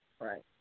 Right